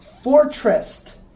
Fortress